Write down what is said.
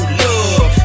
love